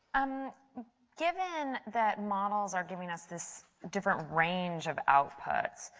um given that models are giving us this different range of outputs,